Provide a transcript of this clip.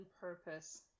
purpose